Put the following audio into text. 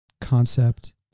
concept